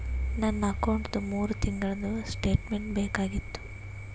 ನನ್ನ ಅಕೌಂಟ್ದು ಮೂರು ತಿಂಗಳದು ಸ್ಟೇಟ್ಮೆಂಟ್ ಬೇಕಾಗಿತ್ತು?